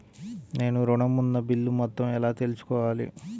నేను ఋణం ఉన్న బిల్లు మొత్తం ఎలా తెలుసుకోవాలి?